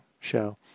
show